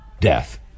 death